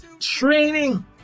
training